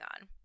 on